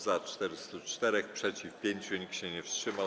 Za - 404, przeciw - 5, nikt się nie wstrzymał.